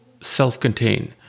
self-contained